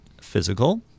physical